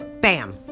bam